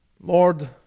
Lord